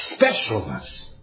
specialness